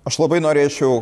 aš labai norėčiau